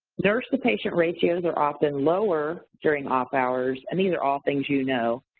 nurse-to-patient ratios are often lower during off-hours, and these are all things you know.